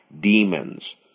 demons